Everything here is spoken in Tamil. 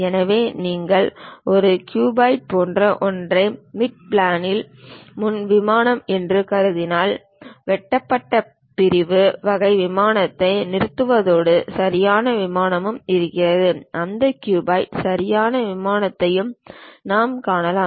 எனவே நீங்கள் ஒரு க்யூபாய்டு போன்ற ஒன்றை மிட் பிளானில் முன் விமானம் என்று கருதினால் வெட்டப்பட்ட பிரிவு வகை விமானத்தை நிறுத்துவதோடு சரியான விமானமும் இருக்கிறது அந்த க்யூபாய்டின் சரியான விமானத்தையும் நாம் காணலாம்